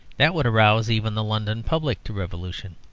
that would rouse even the london public to revolution.